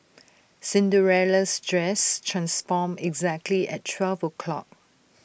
Cinderella's dress transformed exactly at twelve o' clock